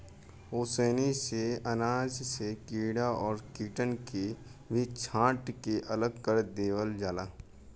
ओसैनी से अनाज से कीड़ा और कीटन के भी छांट के अलग कर देवल जाला